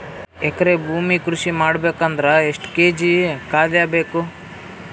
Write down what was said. ಎಕರೆ ಭೂಮಿ ಕೃಷಿ ಮಾಡಬೇಕು ಅಂದ್ರ ಎಷ್ಟ ಕೇಜಿ ಖಾದ್ಯ ಬೇಕು?